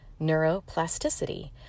neuroplasticity